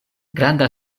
granda